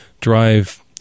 drive